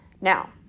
Now